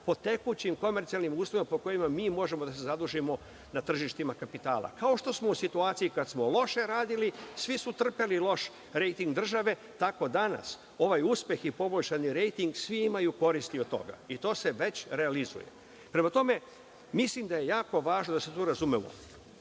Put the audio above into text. po tekućim komercijalnim uslovima po kojima mi možemo da se zadužimo na tržištima kapitala, kao što smo u situaciji kad smo loše radili, svi su trpeli loš rejting države, tako danas ovaj uspeh i poboljšani rejting, svi imaju koristi od toga, i to se već realizuje. Mislim da je jako važno da se tu razumemo.U